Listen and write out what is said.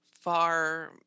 far